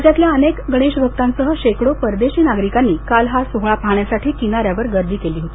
राज्यातल्या अनेक गणेशा भक्तांसह शेकडो परदेशी नागरिकांनी काल हा सोहळा पाहण्यासाठी किनाऱ्यावर गर्दी केली होती